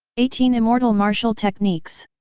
eighteen immortal martial techniques?